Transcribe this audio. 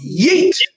yeet